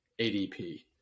ADP